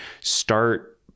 start